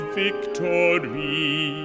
victory